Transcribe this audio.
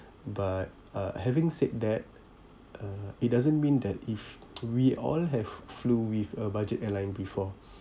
but uh having said that uh it doesn't mean that if we all have flew with a budget airline before